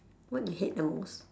what you hate the most